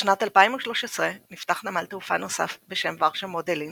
בשנת 2013 נפתח נמל תעופה נוסף בשם "ורשה-מודלין"